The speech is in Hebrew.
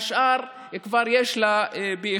השאר כבר יש לה באחסון.